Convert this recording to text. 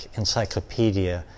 encyclopedia